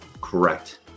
Correct